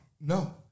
No